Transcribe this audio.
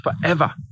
forever